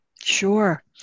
Sure